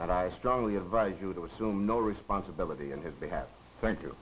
and i strongly advise you to assume no responsibility on his behalf thank you